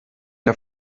der